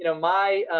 you know my